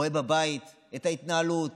אני רואה בבית את ההתנהלות: